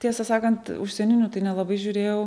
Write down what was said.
tiesą sakant užsieninių tai nelabai žiūrėjau